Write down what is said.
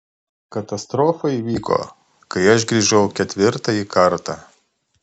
katastrofa įvyko kai aš grįžau ketvirtąjį kartą